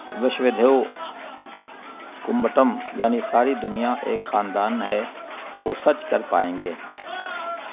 وشودھو کمبٹم یعنی ساری دنیا ایک خاندان ہے کو سچ کر پائیں گے